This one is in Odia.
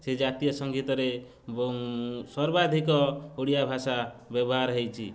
ସେ ଜାତୀୟ ସଙ୍ଗୀତରେ ସର୍ବାଧିକ ଓଡ଼ିଆ ଭାଷା ବ୍ୟବହାର ହେଇଛି